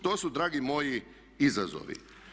To su dragi moji izazovi.